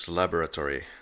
laboratory